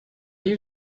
you